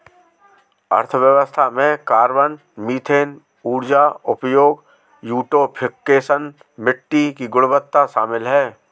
अर्थशास्त्र में carbon, methane ऊर्जा उपयोग, यूट्रोफिकेशन, मिट्टी की गुणवत्ता शामिल है